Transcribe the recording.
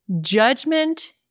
Judgment